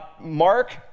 Mark